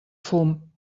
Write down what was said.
fum